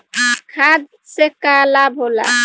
खाद्य से का लाभ होला?